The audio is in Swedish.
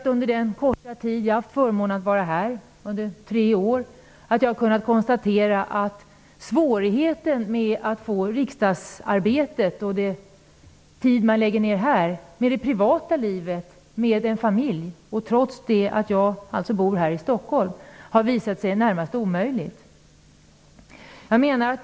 Under den korta tid som jag har haft förmånen att vara med här -- tre år -- har jag kunnat konstatera att det är svårt att få riksdagsarbetet och den tid som man här lägger ner på det att gå ihop med det privata livet och familjen. Det har visat sig i det närmaste omöjligt, trots att jag bor här i Stockholm.